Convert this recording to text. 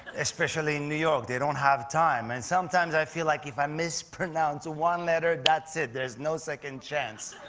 especially in new york. they don't have time. and sometimes i feel like if i mispronounce one letters that's it. there is no second chance.